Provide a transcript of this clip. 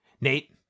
nate